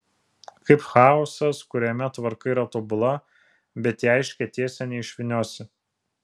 kaip chaosas kuriame tvarka yra tobula bet į aiškią tiesę neišvyniosi